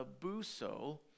abuso